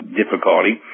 difficulty